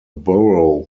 borough